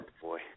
boy